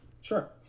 Sure